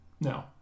No